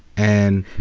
and